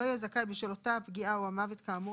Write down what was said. לא יהיה זכאי בשל אותה הפגיעה או המוות כאמור,